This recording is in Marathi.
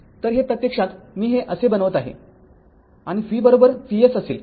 तर हे प्रत्यक्षात मी हे असे बनवत आहे आणि vVs असेल